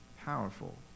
powerful